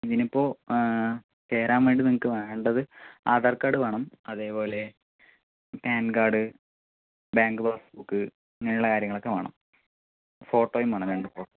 ഇതിനിപ്പോൾ ചേരാൻ വേണ്ടി നിങ്ങൾക്ക് വേണ്ടത് ആധാർ കാർഡ് വേണം അതേപോലെ പാൻ കാർഡ് ബാങ്ക് പാസ്ബുക്ക് ഇങ്ങനെയുള്ള കാര്യങ്ങളൊക്കെ വേണം ഫോട്ടോയും വേണം രണ്ട് ഫോട്ടോയും വേണം